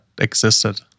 existed